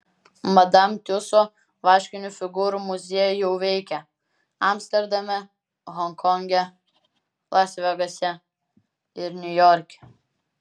madam tiuso vaškinių figūrų muziejai jau veikia amsterdame honkonge las vegase ir niujorke